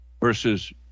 versus